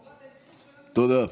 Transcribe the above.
תודה.